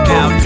Now